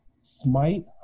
Smite